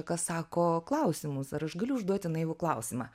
ką sako klausimus ar aš galiu užduoti naivų klausimą